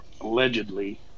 allegedly